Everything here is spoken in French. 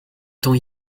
temps